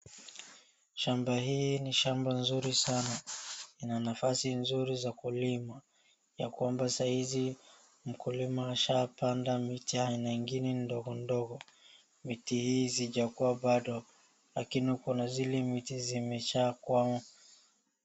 Shamba hii ni shamba nzuri sana. Ina nafasi nzuri za kulima, ya kwamba saa hizi mkulima ashapanda micha na ingine ndogo ndogo. Miti hii hazijakua bado, lakini kuna zile miti zimeshakua.